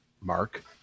Mark